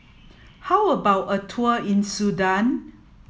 how about a tour in Sudan